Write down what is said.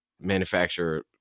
manufacturer